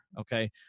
okay